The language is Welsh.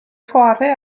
chwarae